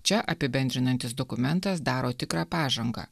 čia apibendrinantis dokumentas daro tikrą pažangą